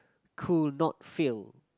could not fail